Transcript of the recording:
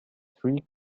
three